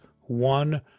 one